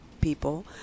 people